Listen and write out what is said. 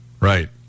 Right